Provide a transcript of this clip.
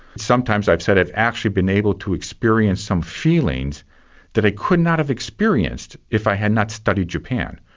sometimes i've said i've actually been able to experience some feelings that i could not have experienced if i had not studied japan.